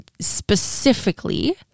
specifically